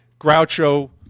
Groucho